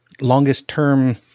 longest-term